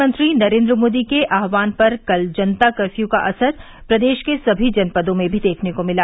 प्रधानमंत्री नरेन्द्र मोदी के आहवान पर कल जनता कर्फ्यू का असर प्रदेश के सभी जनपदों में भी देखने को मिला